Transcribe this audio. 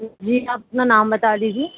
جی آپ اپنا نام بتا دیجیے